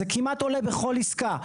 זה כמעט עולה בכל עזקה.